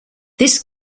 this